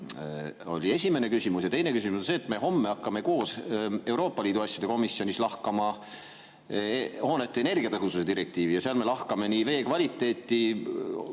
oli esimene küsimus. Ja teine küsimus on see. Me hakkame homme Euroopa Liidu asjade komisjonis lahkama hoonete energiatõhususe direktiivi ja seal me lahkame nii vee kvaliteeti,